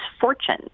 fortune